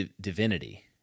divinity